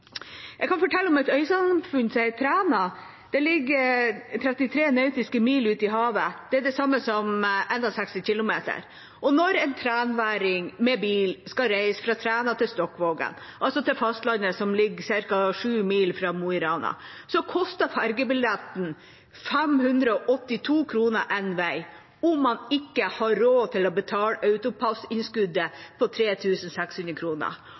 Jeg kan fortelle om et øysamfunn som heter Træna. Det ligger 33 nautiske mil ute i havet. Det er det samme som 61 kilometer. Når en trænværing med bil skal reise fra Træna til Stokkvågen, altså til fastlandet som ligger ca. 7 mil fra Mo i Rana, koster fergebilletten 582 kr én vei om man ikke har råd til å betale